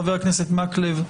חבר הכנסת מקלב,